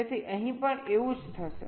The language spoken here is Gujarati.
તેથી અહીં પણ એવું જ થશે